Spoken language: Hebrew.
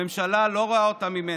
הממשלה לא רואה אותם ממטר.